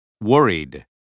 worried